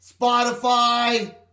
Spotify